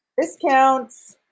discounts